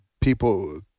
People